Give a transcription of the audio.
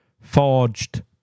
forged